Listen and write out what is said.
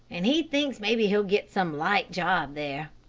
and he thinks maybe he'll get some light job there.